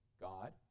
God